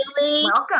Welcome